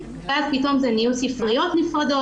ואז פתאום זה נהיו ספריות נפרדות